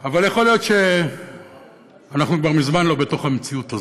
אבל יכול להיות שאנחנו כבר מזמן לא בתוך המציאות הזאת.